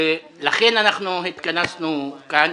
לכן התכנסנו כאן.